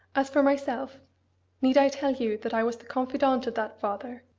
as for myself need i tell you that i was the confidant of that father,